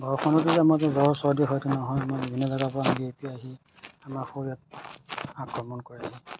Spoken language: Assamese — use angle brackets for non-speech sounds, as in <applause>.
<unintelligible> আমাৰ যে জ্ৱৰ চৰ্দি হয় তেনেহ'লে আমাৰ বিভিন্ন জেগাৰ পৰা আহি <unintelligible> আহি আমাৰ শৰীৰত আক্ৰমণ কৰেহি